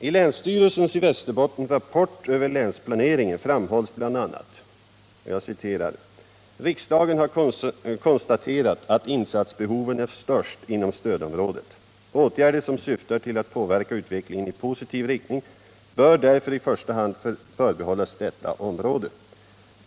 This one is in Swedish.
I länsstyrelsens i Västerbotten rapport över länsplaneringen framhålls bl.a.: ”Riksdagen har konstaterat att insatsbehoven är störst inom stödområdet. Åtgärder som syftar till att påverka utvecklingen i positiv riktning bör därför i första hand förbehållas detta område.